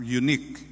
unique